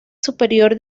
superior